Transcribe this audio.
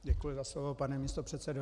Děkuji za slovo, pane místopředsedo.